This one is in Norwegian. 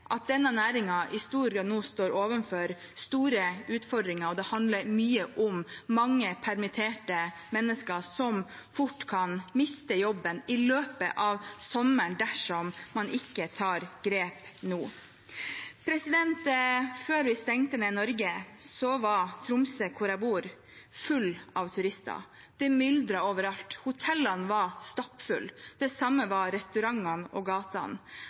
at denne næringen i stor grad nå står overfor store utfordringer, og det handler mye om mange permitterte mennesker som fort kan miste jobben i løpet av sommeren dersom man ikke tar grep nå. Før vi stengte ned Norge, var Tromsø, hvor jeg bor, full av turister. Det myldret overalt. Hotellene var stappfulle. Det samme var restaurantene og